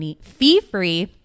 fee-free